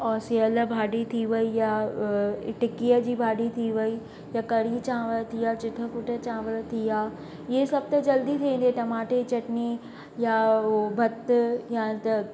और सेअल भाॼी थी वई या टिक्कीअ जी भाॼी थी वई या कढ़ी चांवर थी विया जिते कुठे चांवर थी विया इहे सभु त जल्दी थी वेंदी आहे टमाटे जी चटनी या ओ भत्त या त